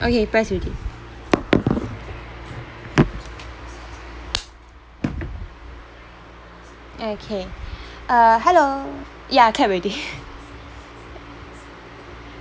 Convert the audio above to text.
okay press already okay uh hello ya clap already